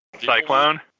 Cyclone